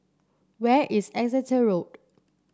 where is Exeter Road